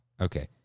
Okay